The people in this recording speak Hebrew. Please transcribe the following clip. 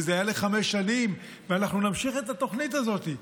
וזה היה לחמש שנים, ואנחנו נמשיך את התוכנית הזאת.